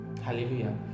Hallelujah